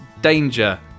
Danger